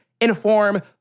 inform